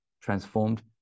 Transformed